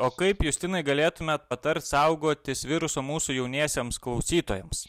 o kaip justinai galėtumėt patart saugotis viruso mūsų jauniesiems klausytojams